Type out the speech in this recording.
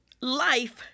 life